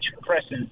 presence